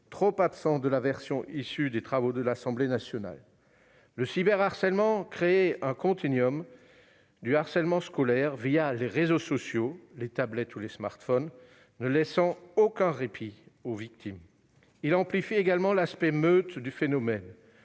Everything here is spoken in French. trop absent de la version issue des travaux de l'Assemblée nationale. Le cyberharcèlement crée un continuum du harcèlement scolaire, les réseaux sociaux, les tablettes ou les smartphones, ne laissant aucun répit aux victimes. Il amplifie également l'aspect « meute » du phénomène.